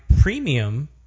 premium